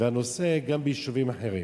והנושא גם ביישובים אחרים.